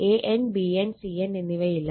an bn cn എന്നിവയില്ല